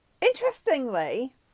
interestingly